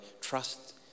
trust